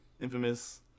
infamous